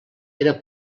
era